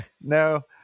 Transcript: No